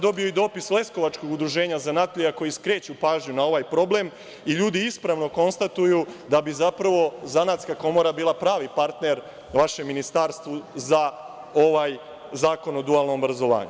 Dobio sam i dopis leskovačkog udruženja zanatlija koji skreću pažnju na ovaj problem i ljudi ispravno konstatuju da bi zapravo zanatska komora bila pravi partner vašem ministarstvu za ovaj zakon o dualnom obrazovanju.